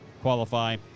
qualify